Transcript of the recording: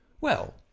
Well